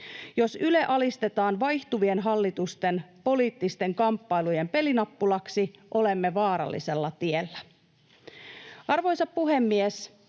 Jos Yle alistetaan vaihtuvien hallitusten poliittisten kamppailujen pelinappulaksi, olemme vaarallisella tiellä. Arvoisa puhemies!